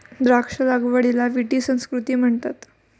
द्राक्ष लागवडीला विटी संस्कृती म्हणतात